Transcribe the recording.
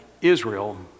Israel